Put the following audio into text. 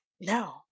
No